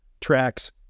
tracks